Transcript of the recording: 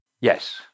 Yes